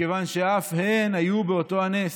מכיוון שאף הן היו באותו הנס.